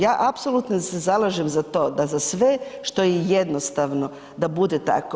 Ja apsolutno se zalažem za to da za sve što je jednostavno da bude tako.